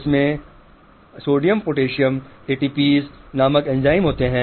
इसमें sodium potassium ATPase नामक enzyme होता है